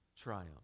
triumph